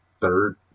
third